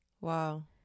wow